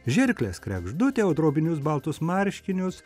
žirkles kregždutė o drobinius baltus marškinius